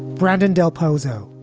brandon del pozo,